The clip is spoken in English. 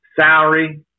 salary